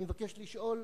אני מבקש לשאול: